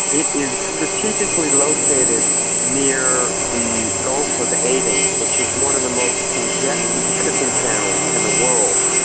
it is strategically located near the gulf of aden, which is one of the most congested shipping channels in the world.